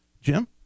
Jim